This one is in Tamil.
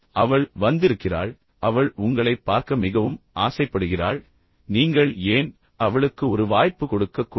அவள் வந்திருக்கிறாள் அவள் உங்களைப் பார்க்க மிகவும் ஆசைப்படுகிறாள் நீங்கள் ஏன் அவளுக்கு ஒரு வாய்ப்பு கொடுக்கக்கூடாது